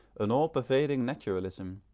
an all-pervading naturalism,